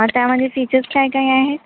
त्यामधे फिचर्स काय काय आहेत